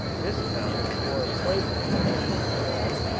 this town, or pueblo as it is called,